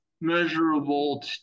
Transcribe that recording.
measurable